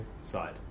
side